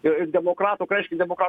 ir demokratų ką reiškia demokratų